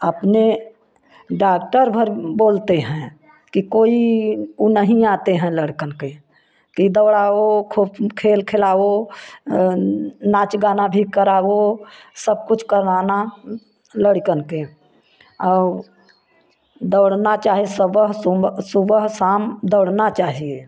अपने डाक्टर भर बोलते हैं कि कोई वो नहीं आते हैं लड़कन के कि दौड़ाओ खूब खेल खिलाओ नाच गाना भी कराओ सब कुछ कराना लड़कन के और दौड़ना चाहे सब सुबह शाम दौड़ना चाहिए